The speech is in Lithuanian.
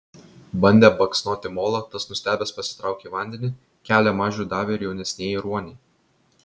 bandė baksnoti molą tas nustebęs pasitraukė į vandenį kelią mažiui davė ir jaunesnieji ruoniai